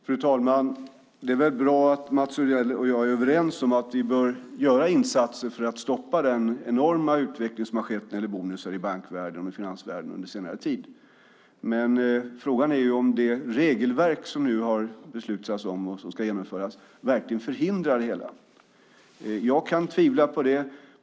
Fru talman! Det är väl bra att Mats Odell och jag är överens om att vi bör göra insatser för att stoppa den enorma utveckling som har skett när det gäller bonusar i bankvärlden och finansvärlden under senare tid. Men frågan är om det regelverk som nu har beslutats om och som ska genomföras verkligen förhindrar det hela. Jag kan tvivla på det.